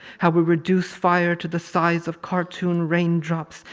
how we reduced fire to the size of cartoon raindrops,